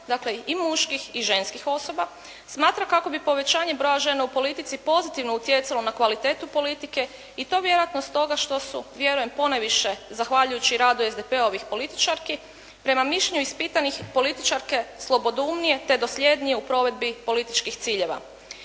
dakle i muških i ženskih osoba smatra kako bi povećanjem broja žena u politici pozitivno utjecalo na kvalitetu politike i to vjerojatno stoga što su vjerujem ponajviše zahvaljujući radu SDP-ovih političarki prema mišljenju ispitanih političarke slobodoumnije te dosljednije u provedbi političkih ciljeva.